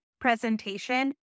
presentation